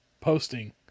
posting